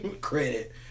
credit